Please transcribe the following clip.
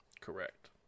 Correct